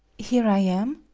here i am?